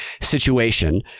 situation